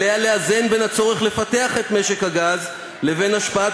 עליה לאזן בין הצורך לפתח את משק הגז לבין השפעת